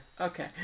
Okay